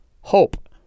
HOPE